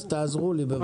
אז תעזרו לי בבקשה.